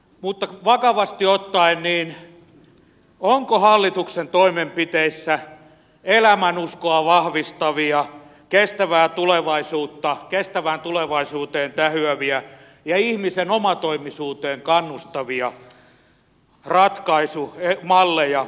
mutta vakavasti ottaen onko hallituksen toimenpiteissä elämänuskoa vahvistavia kestävään tulevaisuuteen tähyäviä ja ihmisen omatoimisuuteen kannustavia ratkaisumalleja